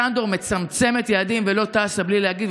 סאן דור מצמצמת יעדים ולא טסה בלי להגיד,